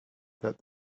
that